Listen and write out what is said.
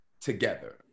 together